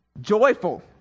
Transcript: Joyful